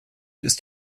ist